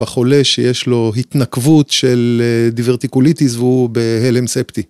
בחולה שיש לו התנקבות של דיוורטיקוליטיס והוא בהלם ספטי.